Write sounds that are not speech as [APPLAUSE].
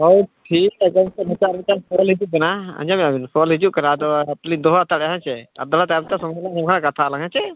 ᱦᱳᱭ ᱴᱷᱤᱠ ᱜᱮᱭᱟ ᱜᱚᱢᱠᱮ [UNINTELLIGIBLE] ᱟᱸᱡᱚᱢᱮᱜᱼᱟ ᱵᱤᱱ ᱠᱚᱞ ᱦᱤᱡᱩᱜ ᱠᱟᱱᱟ ᱟᱫᱚ ᱞᱤᱧ ᱫᱚᱦᱚ ᱦᱟᱛᱟᱲᱮᱜᱼᱟ ᱦᱳᱭ ᱥᱮ [UNINTELLIGIBLE] ᱠᱟᱛᱷᱟᱜ ᱟᱞᱟᱝ ᱦᱮᱸᱪᱮ